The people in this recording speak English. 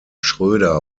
schroeder